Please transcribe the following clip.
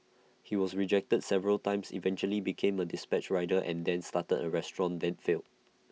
he was rejected several times eventually became A dispatch rider and then started A restaurant then failed